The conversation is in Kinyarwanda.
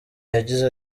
yagize